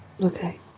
Okay